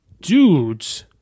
dudes